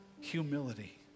humility